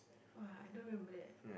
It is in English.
!wah! I don't remember that